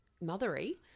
mothery